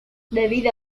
debido